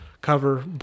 cover